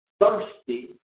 thirsty